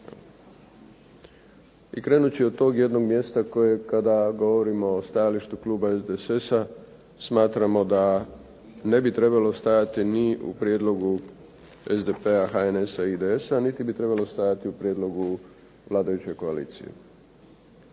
I krenut ću od tog jednog mjesta koje kada govorimo stajalištu kluba SDSS-a smatramo da ne bi trebalo stajati ni u prijedlogu SDP-a, HNS-a i IDS-a niti bi trebalo stajati u prijedlogu vladajuće koalicije